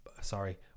sorry